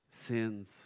sins